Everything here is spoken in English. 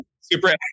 super